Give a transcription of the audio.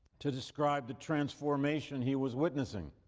to describe the transformation he was witnessing.